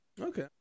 Okay